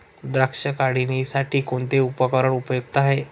द्राक्ष काढणीसाठी कोणते उपकरण उपयुक्त आहे?